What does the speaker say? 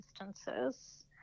instances